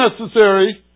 necessary